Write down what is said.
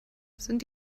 sind